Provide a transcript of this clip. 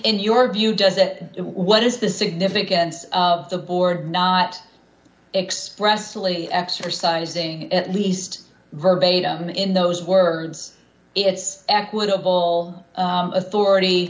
in your view does that what is the significance of the board not expressly exercising at least verbatim in those words it's equitable authority